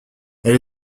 elle